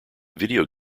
video